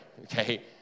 okay